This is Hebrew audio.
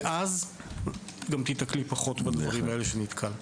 ואז גם תיתקל פחות בדברים האלה שנתקלת.